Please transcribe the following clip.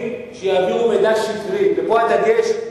להעביר מידע שקרי, ופה הדגש.